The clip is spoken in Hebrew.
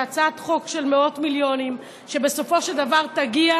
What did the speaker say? זו הצעת חוק של מאות מיליונים שבסופו של דבר תגיע